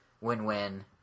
win-win